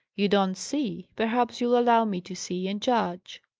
you don't see perhaps you'll allow me to see, and judge.